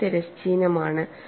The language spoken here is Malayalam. അവ തിരശ്ചീനമാണ്